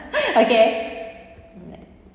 okay